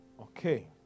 okay